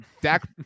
Dak